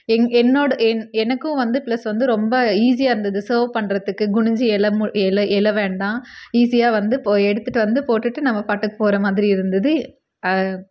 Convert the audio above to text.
என் என்னோட எனக்கும் வந்து ப்ளஸ் வந்து ரொம்ப ஈஸியாக இருந்தது சர்வ் பண்ணுறத்துக்கு குனிஞ்சு வேண்டாம் ஈஸியாக வந்து எடுத்துகிட்டு வந்து போட்டுவிட்டு நம்ம பாட்டுக்கு போறமாதிரி இருந்துது